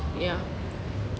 ya